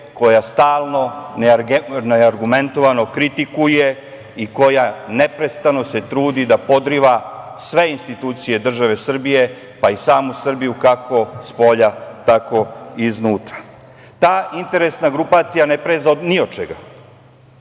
koja stalno neargumentovano kritikuje i koja neprestano se trudi da podriva sve institucije države Srbije, pa i samu Srbiju kako spolja, tako i iznutra. Ta interesna grupacija ne preza ni od čega.